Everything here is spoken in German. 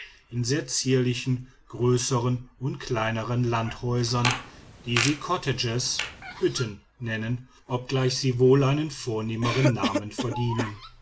in sehr zierlichen größeren und kleineren landhäusern die sie cottages hütten nennen obgleich sie wohl einen vornehmeren namen verdienen